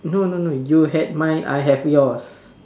no no no you had mine I have yours